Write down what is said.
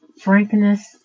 frankness